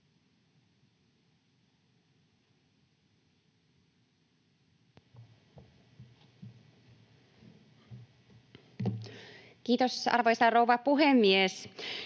Valtola. Arvoisa rouva puhemies!